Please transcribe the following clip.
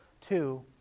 two